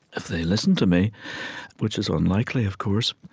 if they listen to me which is unlikely, of course